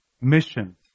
mission